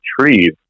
retrieve